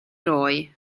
roy